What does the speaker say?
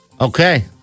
Okay